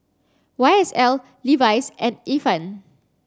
Y S L Levi's and Ifan